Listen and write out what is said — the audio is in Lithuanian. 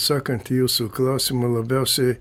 sakant į jūsų klausimą labiausiai